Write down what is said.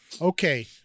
Okay